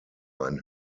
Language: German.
ein